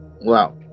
wow